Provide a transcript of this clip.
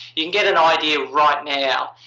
you can get an idea right now.